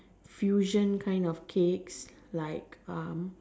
fusion kind of cakes like um